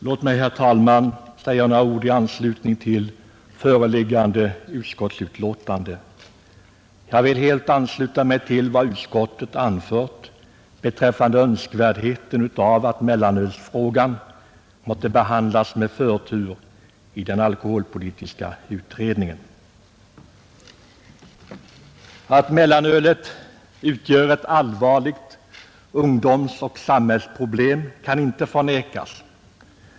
Låt mig, herr talman, få säga några ord i anslutning till föreliggande utskottsbetänkande. Jag vill helt ansluta mig till vad utskottet anfört beträffande önskvärdheten av att mellanölsfrågan måtte behandlas med förtur i alkoholpolitiska utredningen. Att mellanölet utgör ett allvarligt ungdomsoch samhällsproblem kan inte förnekas.